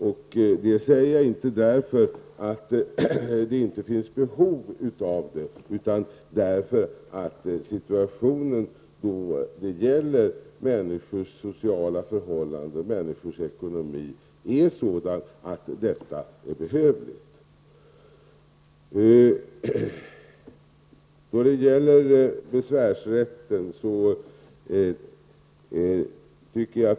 Jag säger inte detta för att det inte skulle finnas behov, utan för att situationen för människors sociala förhållanden och ekonomi är sådan att dessa bidrag är behövliga.